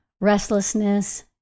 restlessness